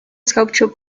sculpture